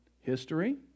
history